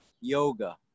yoga